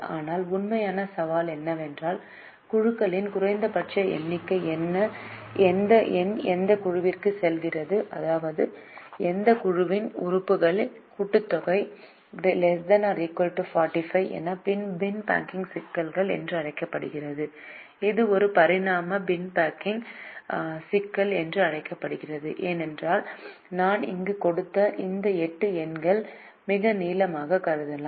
ஆனால் உண்மையான சவால் என்னவென்றால் குழுக்களின் குறைந்தபட்ச எண்ணிக்கை என்ன எந்த எண் எந்த குழுவிற்கு செல்கிறது அதாவது எந்த குழுவின் உறுப்புகளின் கூட்டுத்தொகை ≤ 45 இது பின் பேக்கிங் சிக்கல் என்று அழைக்கப்படுகிறது இது ஒரு பரிமாண பின் பேக்கிங் சிக்கல் என்று அழைக்கப்படுகிறது ஏனென்றால் நான் இங்கு கொடுத்த இந்த 8 எண்களை 8 நீளங்களாகக் கருதலாம்